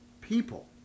people